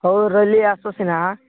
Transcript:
ହଉ ରହିଲି ଆସ ସିନା